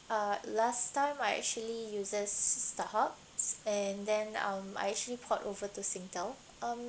uh last time I actually uses starhub and then um I actually port over to singtel um